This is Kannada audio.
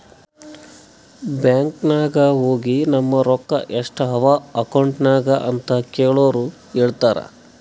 ಬ್ಯಾಂಕ್ ನಾಗ್ ಹೋಗಿ ನಮ್ ರೊಕ್ಕಾ ಎಸ್ಟ್ ಅವಾ ಅಕೌಂಟ್ನಾಗ್ ಅಂತ್ ಕೇಳುರ್ ಹೇಳ್ತಾರ್